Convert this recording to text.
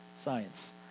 science